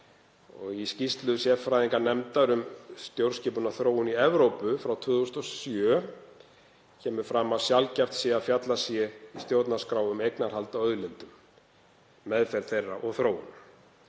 Í skýrslu sérfræðinganefndar um stjórnskipunarþróun í Evrópu frá 2007 kemur fram að sjaldgæft sé að fjallað sé í stjórnarskrá um eignarhald á auðlindum, meðferð þeirra og þróun.